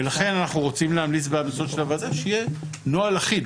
ולכן אנחנו רוצים להמליץ בהמלצות של הוועדה שישי נוהל אחיד.